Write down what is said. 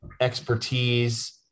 expertise